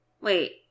Wait